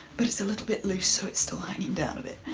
but it's a little bit loose, so it's still hanging down a bit.